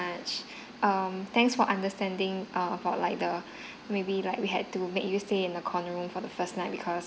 um thanks for understanding err for like the maybe like we had to make you stay in a corner room for the first night because